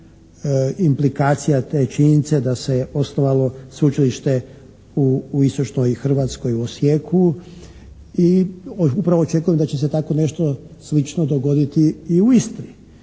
implikacija te činjenice da se osnovalo sveučilište u istočnoj Hrvatskoj u Osijeku i upravo očekujem da će se tako nešto slično dogoditi i u Istri.